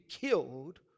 killed